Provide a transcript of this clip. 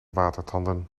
watertanden